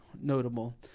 notable